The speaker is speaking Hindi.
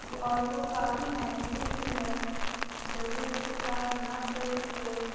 वो और वो काफ़ी नेगेटिव भी है जल्दी से काम ना करें तो